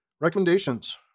Recommendations